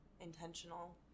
intentional